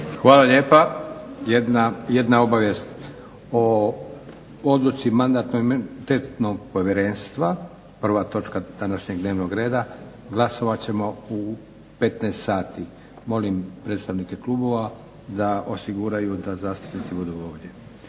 Hvala lijepa. Jedna obavijest. U Odluci Mandatno-imunitetnog povjerenstva prva točka današnjeg dnevnog reda glasovat ćemo u 15 sati. Molim predstavnike klubova da osiguraju da zastupnici budu ovdje.